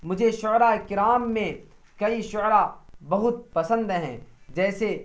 مجھے شعرا اکرام میں کئی شعرا بہت پسند ہیں جیسے